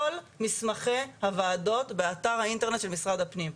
כל מסמכי הוועדות באתר האינטרנט של משרד הפנים.